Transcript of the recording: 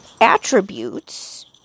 attributes